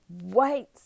white